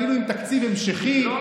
היינו עם תקציב המשכי,